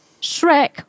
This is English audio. Shrek